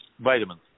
Vitamins